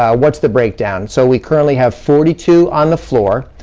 ah what's the breakdown? so we currently have forty two on the floor,